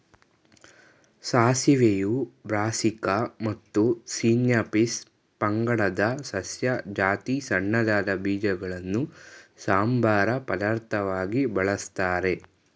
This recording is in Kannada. ಸಾಸಿವೆಯು ಬ್ರಾಸೀಕಾ ಮತ್ತು ಸಿನ್ಯಾಪಿಸ್ ಪಂಗಡದ ಸಸ್ಯ ಜಾತಿ ಸಣ್ಣದಾದ ಬೀಜಗಳನ್ನು ಸಂಬಾರ ಪದಾರ್ಥವಾಗಿ ಬಳಸ್ತಾರೆ